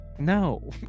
No